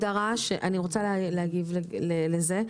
אני רוצה להגיב לזה.